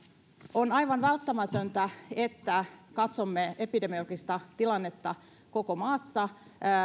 on aivan välttämätöntä että katsomme epidemiologista tilannetta koko maassa